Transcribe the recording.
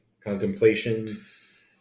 contemplations